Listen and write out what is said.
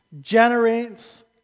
Generates